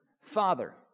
Father